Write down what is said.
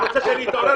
מה שאני מציע,